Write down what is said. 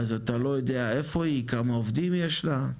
אז אתה לא יודע איפה היא, כמה עובדים יש לה,